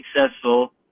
successful